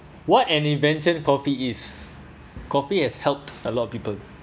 what an invention coffee is coffee has helped a lot of people